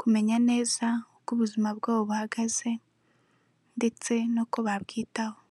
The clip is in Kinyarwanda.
kumenya neza uko ubuzima bwabo buhagaze ndetse n'uko babwitaho.